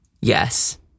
yes